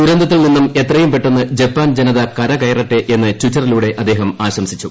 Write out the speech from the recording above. ദുരന്തത്തിൽ നിന്നും എത്രയും പെട്ടെന്ന് ജപ്പാൻ ജനത കരകയറട്ടെ എന്ന് ട്വിറ്ററിലൂടെ അദ്ദേഹം ആശംസിച്ചു